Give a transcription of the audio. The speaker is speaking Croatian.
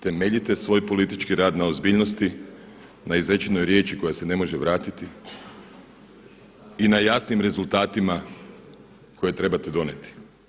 Temeljite svoj politički rad na ozbiljnosti, na izrečenoj riječi koja se ne može vratiti i na jasnim rezultatima koje trebate donijeti.